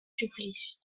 supplice